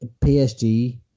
PSG